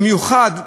במיוחד,